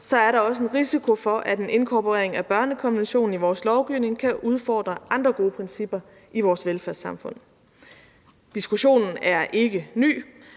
så er der også en risiko for, at en inkorporering af børnekonventionen i vores lovgivning kan udfordre andre gode principper i vores velfærdssamfund. Diskussionen er ikke ny.